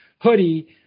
hoodie